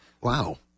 Wow